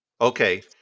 Okay